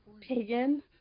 Pagan